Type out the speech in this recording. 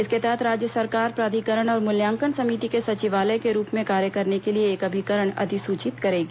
इसके तहत राज्य सरकार प्राधिकरण और मूल्यांकन समिति के सचिवालय के रूप में कार्य करने के लिए एक अभिकरण अधिसूचित करेगी